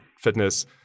fitness